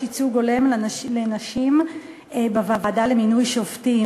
ייצוג הולם לנשים בוועדה למינוי שופטים,